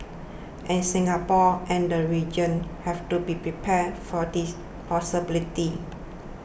and Singapore and the region have to be prepared for this possibility